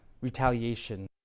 retaliation